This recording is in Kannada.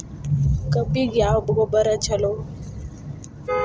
ಕಬ್ಬಿಗ ಯಾವ ಗೊಬ್ಬರ ಛಲೋ?